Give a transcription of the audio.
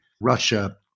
Russia